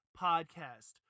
podcast